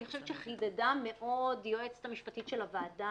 אני חושבת שחידדה מאוד היועצת המשפטית של הוועדה